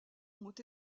ont